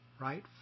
right